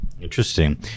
Interesting